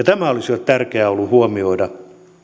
tämä olisi tärkeää ollut huomioida